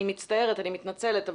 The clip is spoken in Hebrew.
אני מתנצלת,